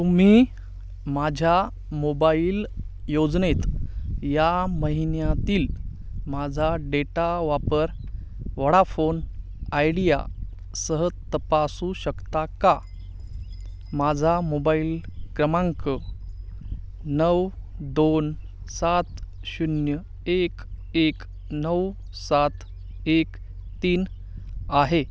तुम्ही माझ्या मोबाईल योजनेत या महिन्यातील माझा डेटा वापर वडाफोन आयडियासह तपासू शकता का माझा मोबाईल क्रमांक नऊ दोन सात शून्य एक एक नऊ सात एक तीन आहे